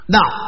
Now